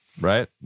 right